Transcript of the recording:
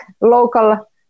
local